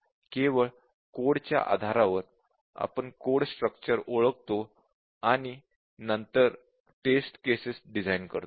केवळ कोडच्या आधारावर आपण कोड स्ट्रक्चर ओळखतो आणि नंतर टेस्ट केसेस डिझाईन करतो